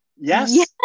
yes